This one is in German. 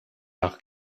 nach